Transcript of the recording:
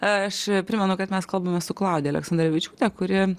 aš primenu kad mes kalbame su klaudija aleksandravičiūte kuri